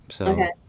Okay